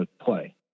play